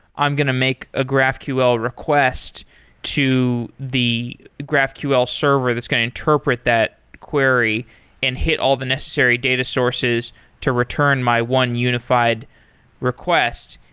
i'm going to make a graphql request to the graphql server that's going to interpret that query and hit all the necessary data sources to return my one unified request.